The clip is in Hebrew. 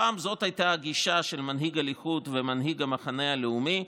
פעם זאת הייתה הגישה של מנהיג הליכוד ומנהיג המחנה הלאומי.